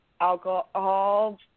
alcohol